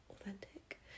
authentic